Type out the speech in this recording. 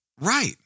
Right